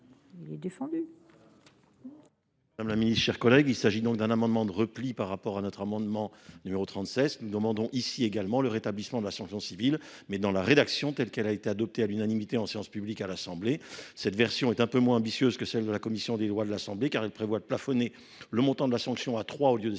Il est défendu.